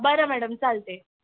बरं मॅडम चालते